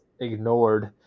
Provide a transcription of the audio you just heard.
ignored